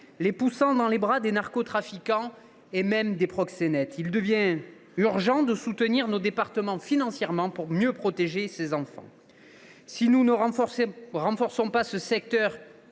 les poussons dans les bras des narcotrafiquants et des proxénètes. Il devient urgent de soutenir financièrement nos départements pour mieux protéger ces enfants. Si nous ne renforçons pas le secteur